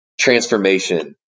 transformation